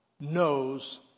knows